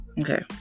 okay